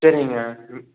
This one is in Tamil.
சரிங்கங்க ம்